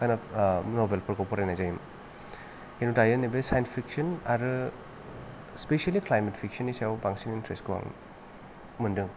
कायन्द अफ नबेलफोरखौ फरायनाय जायोमोन किन्तु दायो नैबे सायेन्स फिक्सन आरो स्पिसेलि क्लायमेट फिक्सन नि सायाव बांसिन इन्थ्रेसखौ आं मोनदों